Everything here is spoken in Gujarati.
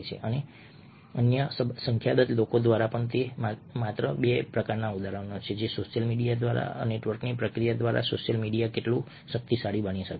અને અન્ય સંખ્યાબંધ લોકો દ્વારા અને આ માત્ર બે ઉદાહરણો છે સોશિયલ નેટવર્કની પ્રક્રિયા દ્વારા સોશિયલ મીડિયા કેટલું શક્તિશાળી બની શકે છે